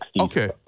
Okay